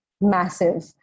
massive